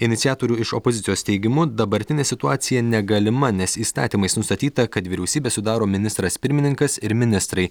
iniciatorių iš opozicijos teigimu dabartinė situacija negalima nes įstatymais nustatyta kad vyriausybę sudaro ministras pirmininkas ir ministrai